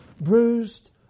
bruised